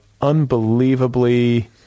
unbelievably